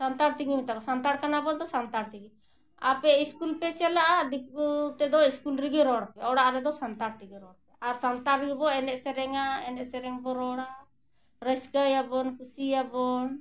ᱥᱟᱱᱛᱟᱲ ᱛᱮᱜᱮᱧ ᱢᱮᱛᱟ ᱠᱚᱣᱟ ᱥᱟᱱᱛᱟᱲ ᱠᱟᱱᱟ ᱵᱚᱱ ᱛᱚ ᱥᱟᱱᱛᱟᱲ ᱛᱮᱜᱮ ᱟᱯᱮ ᱥᱠᱩᱞ ᱯᱮ ᱪᱟᱞᱟᱜᱼᱟ ᱫᱤᱠᱩ ᱛᱮᱫᱚ ᱥᱠᱩᱞ ᱨᱮᱜᱮ ᱨᱚᱲ ᱯᱮ ᱚᱲᱟᱜ ᱨᱮᱫᱚ ᱥᱟᱱᱛᱟᱲ ᱛᱮᱜᱮ ᱨᱚᱲ ᱯᱮ ᱟᱨ ᱥᱟᱱᱛᱟᱲ ᱨᱮᱜᱮ ᱵᱚ ᱮᱱᱮᱡ ᱥᱮᱨᱮᱧᱟ ᱮᱱᱮᱡ ᱥᱮᱨᱮᱧ ᱵᱚ ᱨᱚᱲᱟ ᱨᱟᱹᱥᱠᱟᱹᱭᱟᱵᱚᱱ ᱠᱩᱥᱤᱭᱟᱵᱚᱱ